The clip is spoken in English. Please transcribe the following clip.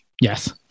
yes